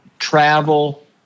travel